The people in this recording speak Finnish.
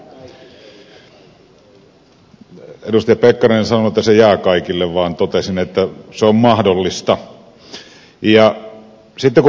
edustaja pekkarinen en sanonut että se jää kaikille vaan totesin että se on mahdollista